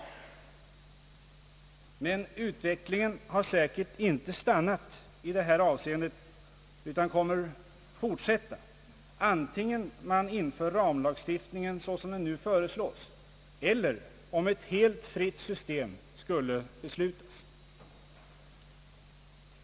Utvecklingen har säkert inte stannat i det avseendet utan kommer att fortsätta, antingen man inför ramlagstiftningen såsom den nu föreslås, eller ett helt fritt system beslutas.